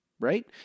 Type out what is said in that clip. right